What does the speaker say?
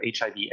HIV